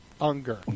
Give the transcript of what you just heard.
Unger